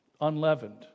Unleavened